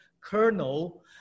colonel